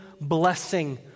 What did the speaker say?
blessing